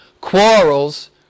quarrels